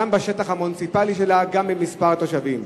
גם בשטח המוניציפלי שלה גם במספר התושבים.